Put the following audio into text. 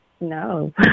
No